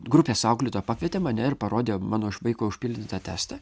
grupės auklėtoja pakvietė mane ir parodė mano vaiko užpildytą testą